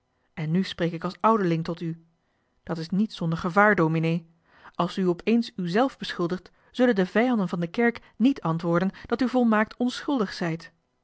en nu spreek ik als ouderling tot u dat is niet zonder gevaar dominee als u opeens uzelf beschuldigt zullen de vijanden van de kerk niet antwoorden dat u volmaakt onschuldig zijt